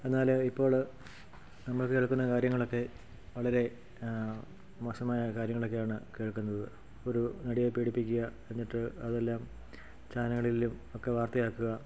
എന്നാൽ ഇപ്പോൾ നമ്മൾ കേൾക്കുന്ന കാര്യങ്ങളൊക്കെ വളരെ മോശമായ കാര്യങ്ങളൊക്കെയാണ് കേൾക്കുന്നത് ഒരു നടിയെ പീഡിപ്പിക്കുക എന്നിട്ട് അതെല്ലാം ചാനലിലും ഒക്കെ വാർത്തയാക്കുക